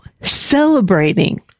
celebrating